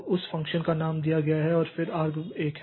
तो उस फ़ंक्शन का नाम दिया गया है और फिर यह argv 1 है